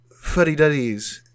fuddy-duddies